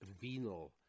venal